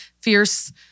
fierce